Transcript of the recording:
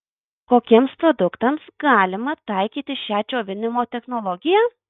kokiems produktams galima taikyti šią džiovinimo technologiją